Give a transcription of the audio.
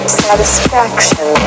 satisfaction